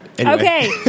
okay